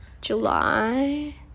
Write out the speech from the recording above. July